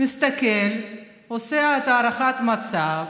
מסתכל, עושה הערכת מצב,